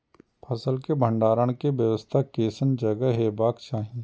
फसल के भंडारण के व्यवस्था केसन जगह हेबाक चाही?